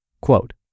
Quote